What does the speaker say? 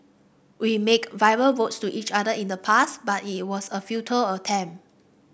we made verbal vows to each other in the past but it was a futile attempt